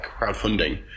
crowdfunding